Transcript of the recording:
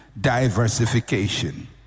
Diversification